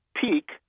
peak